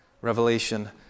Revelation